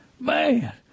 man